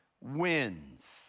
wins